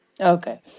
Okay